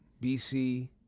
BC